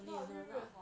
not 日日 hor